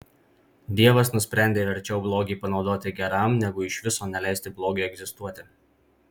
dievas nusprendė verčiau blogį panaudoti geram negu iš viso neleisti blogiui egzistuoti